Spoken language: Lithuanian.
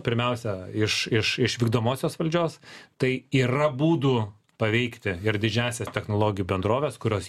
pirmiausia iš iš iš vykdomosios valdžios tai yra būdų paveikti ir didžiąsias technologijų bendroves kurios